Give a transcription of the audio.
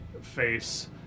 face